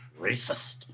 Racist